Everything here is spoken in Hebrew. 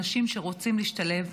אנשים שרוצים להשתלב,